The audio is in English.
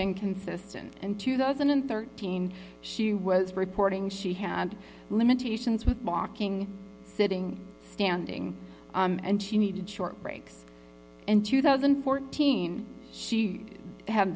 been consistent in two thousand and thirteen she was reporting she had limitations with blocking sitting standing and she needed short breaks in two thousand and fourteen she had